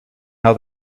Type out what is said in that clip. how